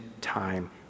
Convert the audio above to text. time